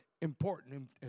important